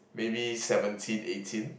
maybe seventeen eighteen